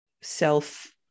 self